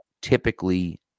typically